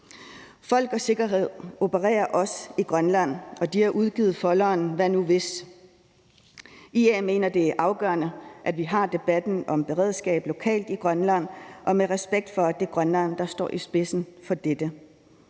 Folk & Sikkerhed opererer også i Grønland, og de har udgivet folderen »Hvad nu hvis?«. IA mener, det er afgørende, at vi har debatten om beredskab lokalt i Grønland og med respekt for, at det er Grønland, der står i spidsen for dette.